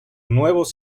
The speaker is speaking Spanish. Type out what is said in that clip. nuevos